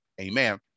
Amen